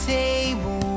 table